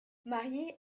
marié